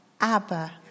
Abba